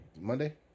Monday